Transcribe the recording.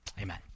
amen